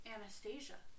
Anastasia